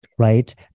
Right